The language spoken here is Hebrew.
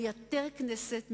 זה מייתר-כנסת,